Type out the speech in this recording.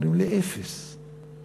אומרים לי: אפס.